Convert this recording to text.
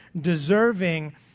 Deserving